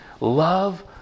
love